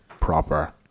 proper